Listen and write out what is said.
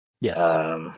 Yes